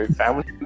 family